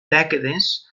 dècades